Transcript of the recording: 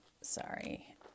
sorry